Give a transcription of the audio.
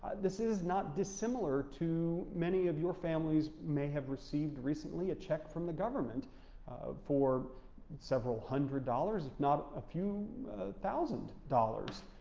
this is not dissimilar to many of your families may have received recently, a check from the government for several hundred dollars, if not a few thousand dollars,